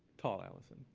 tall alison.